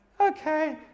Okay